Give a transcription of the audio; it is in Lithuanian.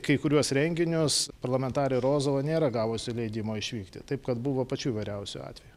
kai kuriuos renginius parlamentarė rozova nėra gavusi leidimo išvykti taip kad buvo pačių įvairiausių atvejų